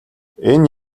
энэ